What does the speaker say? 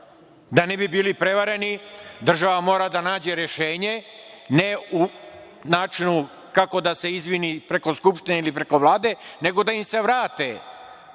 Da ne bi bili prevareni država mora da nađe rešenje, ne, u načinu kako da se izvini preko Skupštine ili preko Vlade, nego da im se vrate